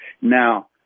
Now